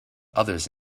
others